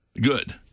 Good